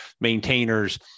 maintainers